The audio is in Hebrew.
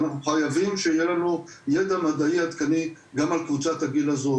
אנחנו חייבים שיהיה לנו ידע מדעי עדכני גם על קבוצת הגיל הזאת.